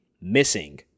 missing